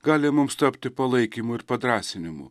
gali mums tapti palaikymu ir padrąsinimu